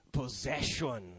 possession